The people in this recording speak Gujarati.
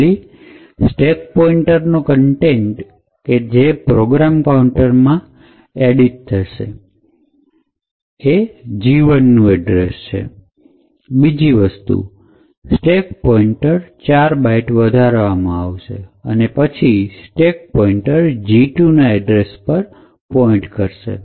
પહેલી સ્ટેક પોઇન્ટ નો કન્ટેન્ટ તે જે પ્રોગ્રામ કાઉન્ટરમાં એડિટ થશે એ G ૧ નું એડ્રેસ છે બીજી વસ્તુ સ્ટેક પોઇન્ટ 4 byte વધારવામાં આવશે પછી સ્ટેક પોઇન્ટ G ૨ ના એડ્રેસ ઉપર પોઇન્ટ કરશે